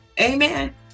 Amen